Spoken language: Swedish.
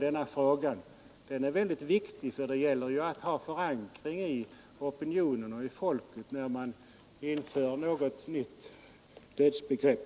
Den är viktig, ty det gäller att ha förankring i opinionen och folket när man inför ett nytt dödsbegrepp.